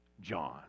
John